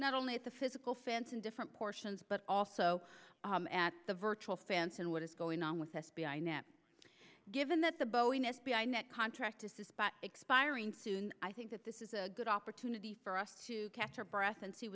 not only at the physical fence in different portions but also at the virtual fence and what is going on with f b i nap given that the boeing f b i net contract to spot expiring soon i think that this is a good opportunity for us to catch our breath and see